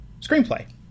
screenplay